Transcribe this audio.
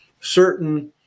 certain